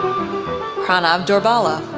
pranav dorbala,